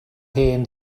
hen